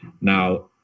Now